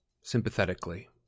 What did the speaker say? Sympathetically